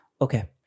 Okay